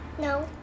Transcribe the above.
No